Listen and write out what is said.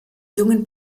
jungen